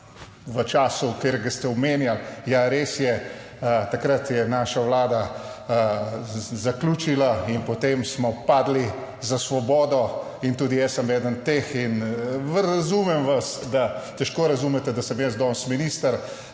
v času, v katerega ste omenjali, ja, res je, takrat je naša vlada zaključila in potem smo padli za Svobodo in tudi jaz sem eden teh in razumem vas, da težko razumete, da sem jaz danes minister,